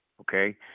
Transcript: Okay